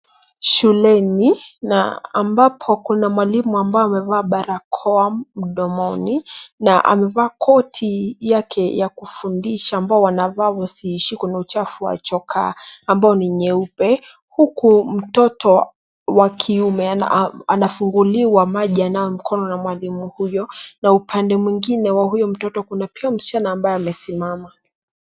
Shuleni na ambapo kuna mwalimu amevaa barakoa mdomoni na amevaa koti yake ya kufundisha ambayo anavaa asishikwe na uchafu wa chokaa ambayo ni nyeupe huku mtoto wa kiume anafunguliwa maji anawe mkono na mwalimu huyo na upande mwingine wa huyo mtoto kuna mtoto msichana ambaye amesimama.